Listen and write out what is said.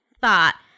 thought